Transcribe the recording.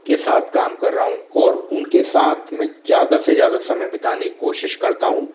के साथ काम कर रहा हूँ और उनके साथ मैं ज़्यादा से ज़्यादा समय बिताने की कोशिश करता हूँ